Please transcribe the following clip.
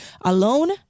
alone